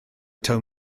taw